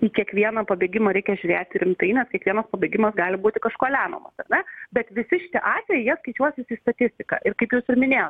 į kiekvieną pabėgimą reikia žiūrėti rimtai nes kiekvienas pabėgimas gali būti kažkuo lemiamas ne bet visi šitie atvejai jie skaičiuosis į statistiką ir kaip jūs ir minėjot